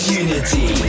unity